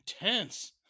intense